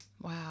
Wow